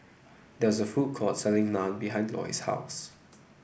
there is a food court selling Naan behind Loy's house